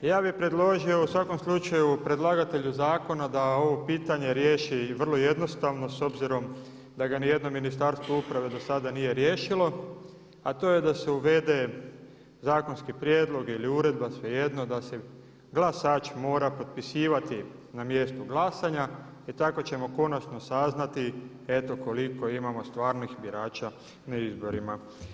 Ja bih predložio u svakom slučaju predlagatelju zakona da ovo pitanje riješi vrlo jednostavno s obzirom da ga nijedno ministarstvo uprave do sada nije riješilo, a to je da se uvede zakonski prijedlog ili uredba svejedno da se glasač mora potpisivati na mjestu glasanja i tako ćemo konačno saznati koliko imamo stvarnih birača na izborima.